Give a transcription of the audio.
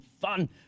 fun